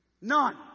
None